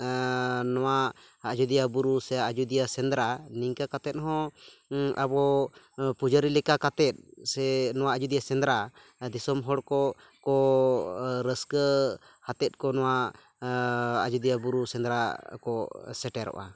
ᱱᱚᱣᱟ ᱟᱡᱳᱫᱤᱭᱟ ᱵᱩᱨᱩ ᱥᱮ ᱟᱡᱳᱫᱤᱭᱟ ᱥᱮᱸᱫᱽᱨᱟ ᱱᱤᱝᱠᱟᱹ ᱠᱟᱛᱮ ᱦᱚᱸ ᱟᱵᱚ ᱯᱩᱡᱟᱹᱨᱤ ᱞᱮᱠᱟ ᱠᱟᱛᱮ ᱥᱮ ᱱᱚᱣᱟ ᱟᱡᱳᱫᱤᱭᱟ ᱥᱮᱸᱫᱽᱨᱟ ᱫᱤᱥᱚᱢ ᱦᱚᱲᱠᱚ ᱠᱚ ᱨᱟᱹᱥᱠᱟᱹ ᱟᱛᱮᱫ ᱠᱚ ᱱᱚᱣᱟ ᱟᱡᱚᱫᱤᱭᱟᱹ ᱵᱩᱨᱩ ᱥᱮᱸᱫᱽᱨᱟ ᱠᱚ ᱥᱮᱴᱮᱨᱚᱜᱼᱟ